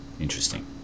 Interesting